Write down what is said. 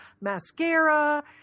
mascara